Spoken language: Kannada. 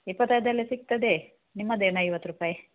ಇಪ್ಪತ್ತೈದೆಲ್ಲ ಸಿಕ್ತದೆ ನಿಮ್ಮದೇನು ಐವತ್ತು ರುಪಾಯ್